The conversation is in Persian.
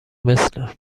مثل